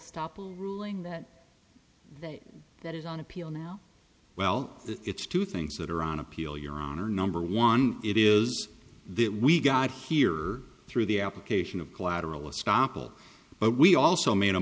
stoppel ruling that that is on appeal now well it's two things that are on appeal your honor number one it is that we got here through the application of collateral estoppel but we also made a